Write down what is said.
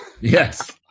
yes